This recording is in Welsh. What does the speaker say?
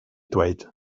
dweud